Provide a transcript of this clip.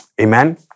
Amen